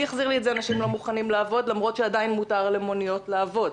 אנשים לא מוכנים לעבוד למרות שעדיין מותר למוניות לעבוד.